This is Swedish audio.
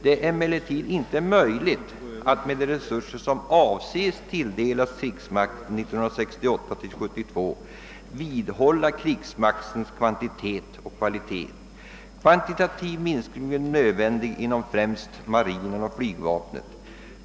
Det är emellertid inte möjligt att, med de resurser som avses tilldelas krigsmakten 1968 72, vidmakthålla krigsmaktens kvantitet och kvalitet. Kvantitativ minskning blir nödvändig inom främst marinen och flygvapnet.